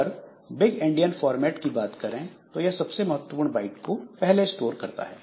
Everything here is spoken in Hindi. अगर बिग एंडियन फॉर्मेट की बात करें तो यह सबसे महत्वपूर्ण बाइट को पहले स्टोर करता है